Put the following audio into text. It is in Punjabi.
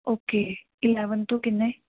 ਓਕੇ ਏਲੇਵਨ ਤੋਂ ਕਿੰਨੇ